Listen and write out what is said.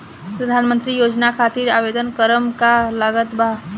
प्रधानमंत्री योजना खातिर आवेदन करम का का लागत बा?